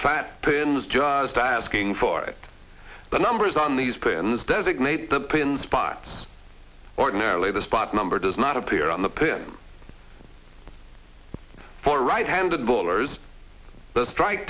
fat pins just asking for it the numbers on these pins designate the pin spot ordinarily the spot number does not appear on the pin for right handed bowlers the strike